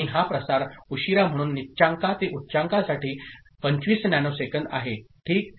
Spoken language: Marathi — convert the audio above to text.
आणि हा प्रसार उशीरा म्हणून निच्चांका ते उच्चांकासाठी 25 नॅनोसेकंद आहे ठीक